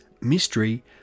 Mystery